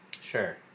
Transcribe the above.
Sure